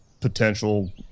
potential